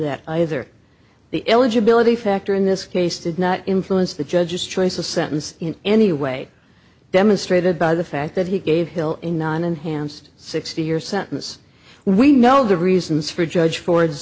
that either the eligibility factor in this case did not influence the judge's choice of sentence in any way demonstrated by the fact that he gave hill in nine enhanced sixty year sentence we know the reasons for judge for